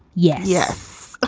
yes. yes